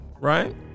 Right